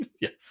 yes